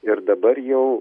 ir dabar jau